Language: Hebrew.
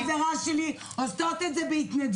זה לא הוגן שאני וחברה שלי עושות את זה בהתנדבות.